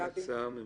זו ההצעה הממשלתית?